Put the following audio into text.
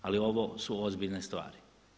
Ali ovo su ozbiljne stvari.